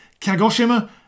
Kagoshima